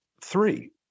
three